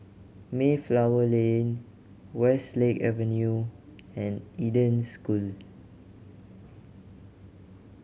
Mayflower Lane Westlake Avenue and Eden School